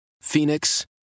Phoenix